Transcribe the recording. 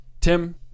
Tim